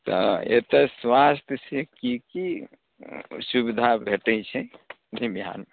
तऽ एतऽ स्वास्थ्य सऽ की की सुविधा भेटै छै बिहारमे